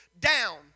down